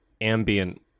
ambient